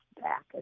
back